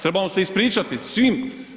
Trebamo se ispričati svim.